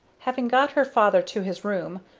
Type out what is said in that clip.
having got her father to his room,